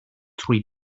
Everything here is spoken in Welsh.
trwy